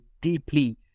deeply